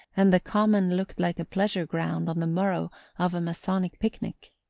and the common looked like a pleasure-ground on the morrow of a masonic picnic.